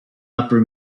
upper